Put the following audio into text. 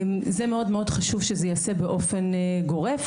חשוב מאוד שזה ייעשה באופן גורף.